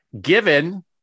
given